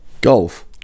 Golf